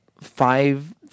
five